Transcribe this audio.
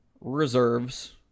reserves